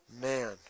man